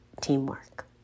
teamwork